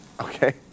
Okay